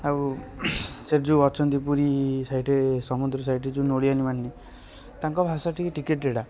ଆଉ ସେଇଠି ଯେଉଁ ଅଛନ୍ତି ପୁରୀ ସେଇଠି ସମୁଦ୍ର ସେଇଠି ଯେଉଁ ନୋଳିଆଣି ମାନେ ତାଙ୍କ ଭାଷାଟି ଟିକିଏ ତେଢ଼ା